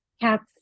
cats